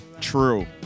True